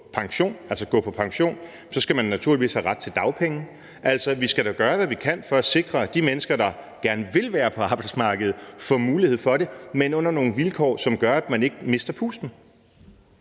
egentlig kunne gå på pension, skal man naturligvis have ret til dagpenge. Altså, vi skal da gøre, hvad vi kan, for at sikre, at de mennesker, der gerne vil være på arbejdsmarkedet, får mulighed for det, men under nogle vilkår, som gør, at man ikke mister pusten.